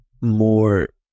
more